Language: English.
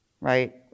right